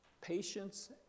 patience